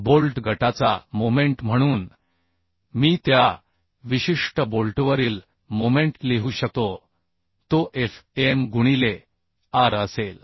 bolt गटाचा moment म्हणून मी त्या विशिष्ट बोल्टवरील मोमेंट लिहू शकतो तो Fm गुणिले r असेल